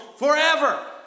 Forever